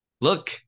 Look